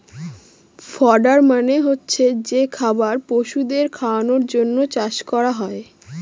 fodder মানে হচ্ছে যে খাবার পশুদের খাওয়ানোর জন্য চাষ করা হয়